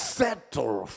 settle